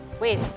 wait